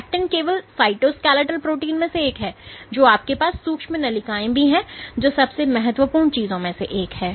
actin केवल cytoskeletal protein में से एक है जो आपके पास सूक्ष्मनलिकाएं भी है जो सबसे महत्वपूर्ण चीजों में से एक है